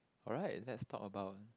alright let's talk about